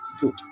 Good